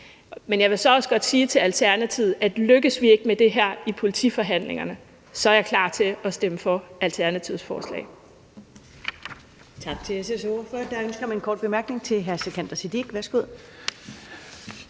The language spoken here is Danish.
Men jeg vil så også godt sige til Alternativet, at lykkes vi ikke med det her i politiforhandlingerne, så er jeg klar til at stemme for Alternativets forslag.